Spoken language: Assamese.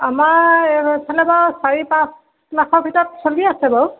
আমাৰ এইফালে বাৰু চাৰি পাঁচ লাখৰ ভিতৰত চলি আছে বাৰু